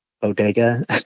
bodega